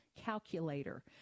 Calculator